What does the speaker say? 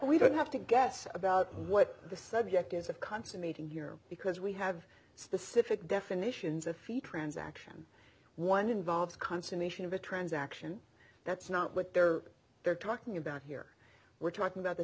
we don't have to guess about what the subject is of consummating here because we have specific definitions of feet transaction one involves consummation of a transaction that's not what they're there talking about here we're talking about the